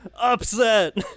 Upset